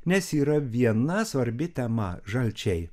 nes yra viena svarbi tema žalčiai